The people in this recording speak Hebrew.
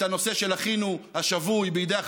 את הנושא של אחינו השבוי בידי החמאס,